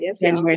yes